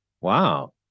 Wow